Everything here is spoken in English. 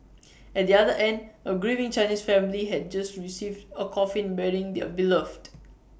at the other end A grieving Chinese family had just received A coffin bearing their beloved